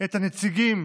את הנציגים